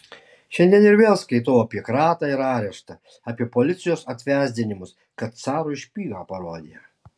šiandien ir vėl skaitau apie kratą ir areštą apie policijos atvesdinimus kad carui špygą parodė